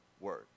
word